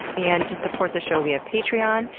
and to support the show via patreon,